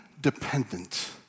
dependent